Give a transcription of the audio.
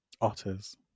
Otters